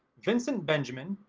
vincent benjamin,